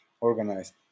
organized